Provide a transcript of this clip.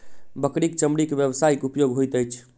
बकरीक चमड़ी के व्यवसायिक उपयोग होइत अछि